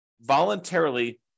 voluntarily